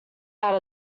out